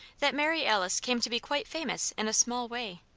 that mary alice came to be quite famous in a small way.